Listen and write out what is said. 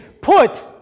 put